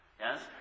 yes